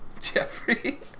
Jeffrey